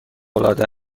العاده